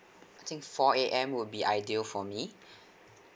I think four A_M would be ideal for me